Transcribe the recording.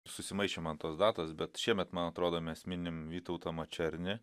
susimaišė man tos datos bet šiemet man atrodo mes minim vytautą mačernį